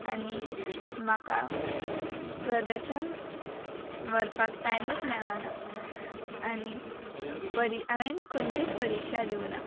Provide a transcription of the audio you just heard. आनी म्हाका प्रदर्शन व्हरपाक टायमूच मेळना आनी परी हांवें खंयचीच परिक्षा दिवं ना